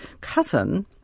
cousin